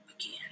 again